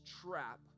trap